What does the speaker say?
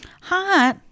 Hot